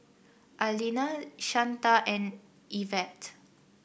Arlena Shanta and Ivette